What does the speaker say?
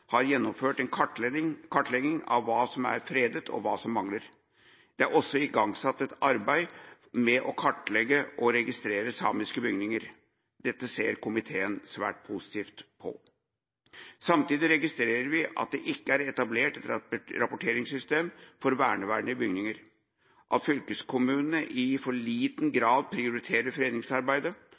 gjennomført en kartlegging av hva som er fredet, og hva som mangler. Det er også igangsatt et arbeid med å kartlegge og registrere samiske bygninger. Dette ser komiteen svært positivt på. Samtidig registrerer vi at det ikke er etablert et rapporteringssystem for verneverdige bygninger, at fylkeskommunene i for liten grad prioriterer